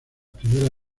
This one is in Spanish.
primera